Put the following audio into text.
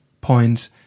point